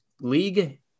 league